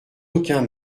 aucun